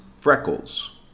freckles